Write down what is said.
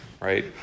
right